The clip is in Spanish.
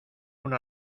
una